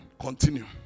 Continue